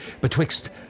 betwixt